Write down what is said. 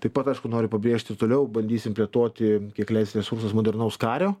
taip pat aišku noriu pabrėžti toliau bandysim plėtoti kiek leis resursas modernaus kario